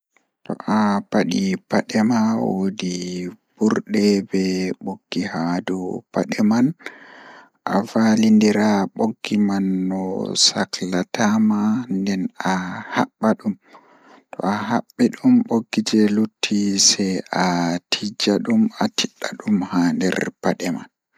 To a paɗi paɗe ma woodi So aɗa waawi bandude seɗɗe, naatude ɗaɓɓude e jawdi. Foti hokke tiiɗo ngam firti reeri e dowla. Naatude laawol ɗum kadi no daɗɗo, suusi. Aɗa wiiɗi gaasooje ngal fii anndude. Naatude ndiyam goɗɗum ngol ko daɗɗo. Wakkil ngal